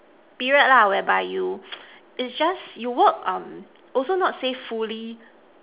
period lah whereby you it just you work um also not say fully